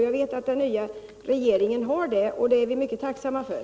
Jag vet att den nya regeringen har det, och det är vi mycket tacksamma för.